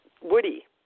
woody